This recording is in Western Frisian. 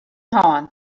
hân